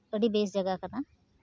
ᱟᱹᱰᱤ ᱵᱮᱥ ᱡᱟᱭᱜᱟ ᱠᱟᱱᱟ